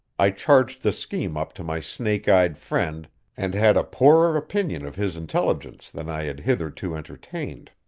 i charged the scheme up to my snake-eyed friend and had a poorer opinion of his intelligence than i had hitherto entertained.